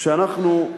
שבו אנחנו,